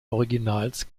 originals